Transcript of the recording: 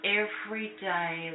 everyday